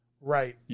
Right